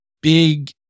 big